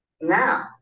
now